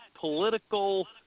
political